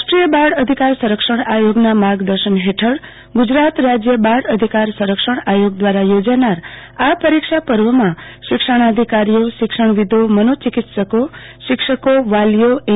રાષ્ટ્રીય બાળ અધિકાર આયોગના માર્ગદર્શન હેઠળ ગુજરાત રાજય બાળ અધિકાર સંરક્ષણ આયોગ દ્રારા યોજાનાર આ પરીક્ષા પર્વમાં શિક્ષણાઅધિકારીઓ શિક્ષણવિદોમનોચિકિત્સકોશિક્ષકોવાલીઓ એન